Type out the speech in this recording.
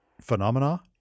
phenomena